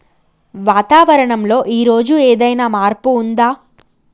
వాతావరణం లో ఈ రోజు ఏదైనా మార్పు ఉందా?